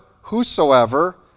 whosoever